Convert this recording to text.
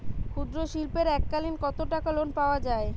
ক্ষুদ্রশিল্পের এককালিন কতটাকা লোন পাওয়া য়ায়?